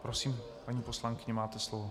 Prosím, paní poslankyně, máte slovo.